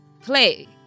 play